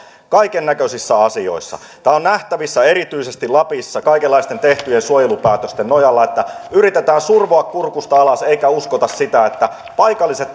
kaikennäköisissä asioissa tämä on nähtävissä erityisesti lapissa kaikenlaisten tehtyjen suojelupäätösten nojalla että yritetään survoa kurkusta alas eikä uskota sitä että paikalliset